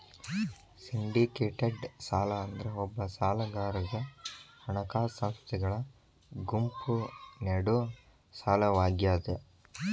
syndicated ಸಾಲ ಅಂದ್ರ ಒಬ್ಬ ಸಾಲಗಾರಗ ಹಣಕಾಸ ಸಂಸ್ಥೆಗಳ ಗುಂಪು ನೇಡೊ ಸಾಲವಾಗ್ಯಾದ